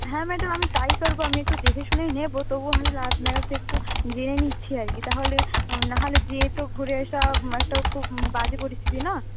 হ্যাঁ ম্যাডাম আমি তাই করব আমি একটু দেখেশুনেই নেব তবু আপনার কাছ থেকে একটু জেনে নিচ্ছি আর কি তাহলে না হলে গিয়ে তো ঘুরে আসা মানে তো খুব বাজে পরিস্থিতি না